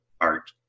art